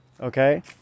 okay